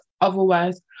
Otherwise